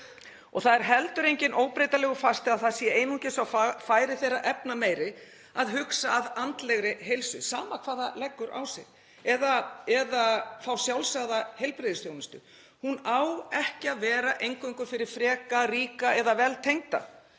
Það er heldur enginn óbreytanlegur fasti að það sé einungis á færi þeirra efnameiri að huga að andlegri heilsu, sama hvað það leggur á sig — eða fá sjálfsagða heilbrigðisþjónustu, hún á ekki að vera eingöngu fyrir freka, ríka eða vel tengda.